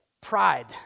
pride